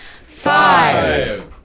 Five